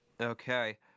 Okay